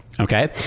Okay